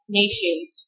nations